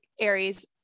Aries